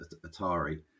Atari